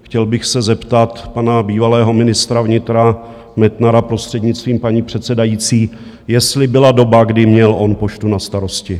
Chtěl bych se zeptat pana bývalého ministra vnitra Metnara, prostřednictvím paní předsedající, jestli byla doba, kdy měl on Poštu na starosti.